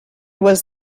was